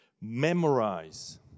memorize